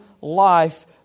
life